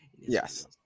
Yes